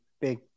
big